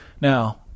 Now